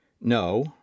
No